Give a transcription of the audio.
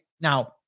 Now